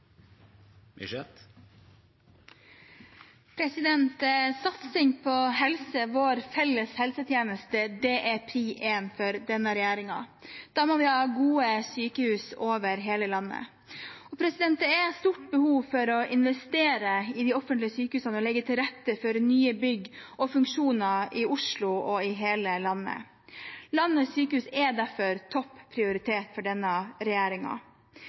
for denne regjeringen. Da må vi ha gode sykehus over hele landet. Det er et stort behov for å investere i de offentlige sykehusene og legge til rette for nye bygg og funksjoner – i Oslo og i hele landet. Landets sykehus har derfor topp prioritet for denne